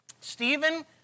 Stephen